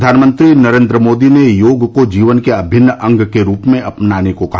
प्रधानमंत्री नरेन्द्र मोदी ने योग को जीवन के अभिन्न अंग के रूप में अपनाने को कहा